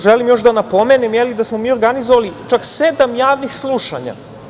Želim još da napomenem da smo mi organizovali čak sedam javnih slušanja.